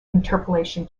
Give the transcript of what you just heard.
interpolation